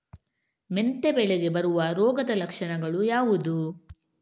ಮೆಂತೆ ಬೆಳೆಗೆ ಬರುವ ರೋಗದ ಲಕ್ಷಣಗಳು ಯಾವುದು?